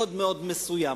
מאוד מאוד מסוים.